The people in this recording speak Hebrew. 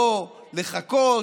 לא לחכות,